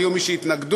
היו מי שהתנגדו.